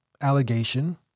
allegation